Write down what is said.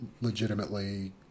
legitimately